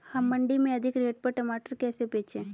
हम मंडी में अधिक रेट पर टमाटर कैसे बेचें?